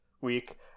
week